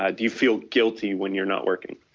ah do you feel guilty when you are not working?